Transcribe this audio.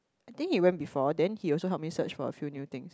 I think he went before then he also help me search for a few new things